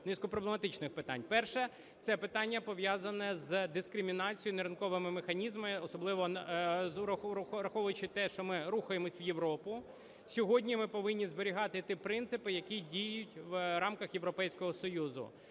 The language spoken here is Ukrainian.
низку проблематичних питань. Перше – це питання, пов'язане з дискримінацією, неринковими механізмами, особливо враховуючи те, що ми рухаємось у Європу. Сьогодні ми повинні зберігати ті принципи, які діють в рамках Європейського Союзу.